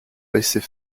laissait